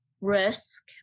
risk